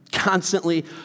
constantly